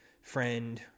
friend